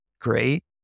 great